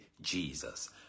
Jesus